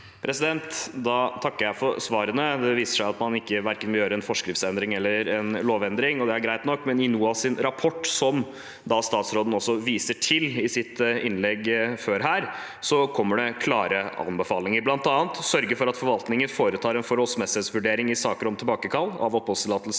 Da takker jeg for svarene. Det viser seg at man verken vil gjøre en forskriftsendring eller en lovendring, og det er greit nok, men i NOAS’ rapport, som statsråden også viser til i sitt innlegg, kommer det klare anbefalinger, bl.a. om å sørge for at forvaltningen foretar en forholdsmessighetsvurdering i saker om tilbakekall av oppholdstillatelse